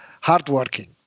hardworking